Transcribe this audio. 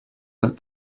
but